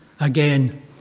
again